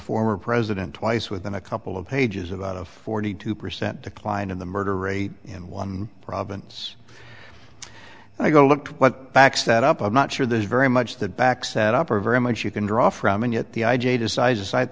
former president twice within a couple of pages about a forty two percent decline in the murder rate in one province i go look what backs that up i'm not sure there's very much that backs that up or very much you can draw from and yet the i j decide to cite